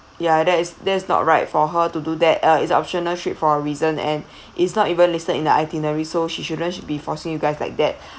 ya that is that is not right for her to do that uh it's optional trip for a reason and it's not even listed in the itinerary so she shouldn't be forcing you guys like that